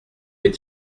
est